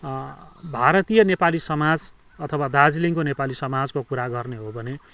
भारतीय नेपाली समाज अथवा दार्जिलिङको नेपाली समाजको कुरा गर्ने हो भने